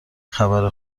خبر